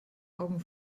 augen